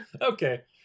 Okay